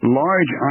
large